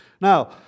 Now